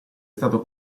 stato